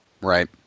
Right